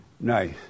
Nice